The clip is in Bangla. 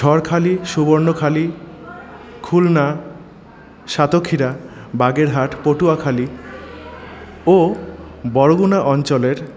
ঝড়খালি সুবর্ণখালি খুলনা সাতক্ষীরা বাঘের হাট পটুয়াখালি ও বরগুনা অঞ্চলের